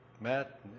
Matt